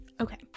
okay